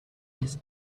his